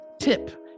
tip